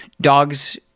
dogs